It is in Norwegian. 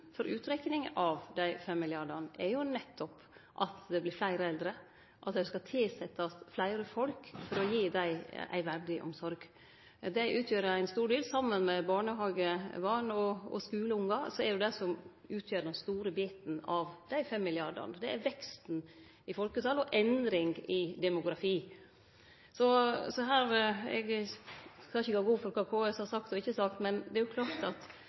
for utrekning av dei 5 mrd. kr, er nettopp at det vert fleire eldre, og det skal tilsetjast fleire folk for å gi dei ei verdig omsorg. Dei utgjer ein stor del – saman med barnehagebarn og skuleungar er det dei som utgjer den store biten av dei 5 mrd. kr. Det er veksten i folketal og endring i demografi. Eg skal ikkje gå god for kva KS har sagt og ikkje sagt, men det er klart at